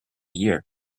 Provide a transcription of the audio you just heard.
year